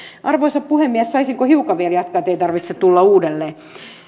arvoisa puhemies saisinko hiukan vielä jatkaa ettei tarvitse tulla uudelleen